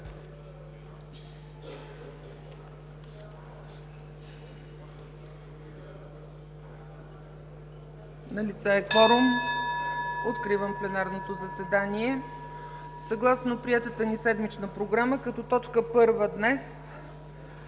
Налице е кворум. (Звъни.) Откривам пленарното заседание. Съгласно приетата ни седмична програма като точка първа днес